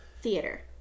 theater